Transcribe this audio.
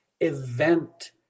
event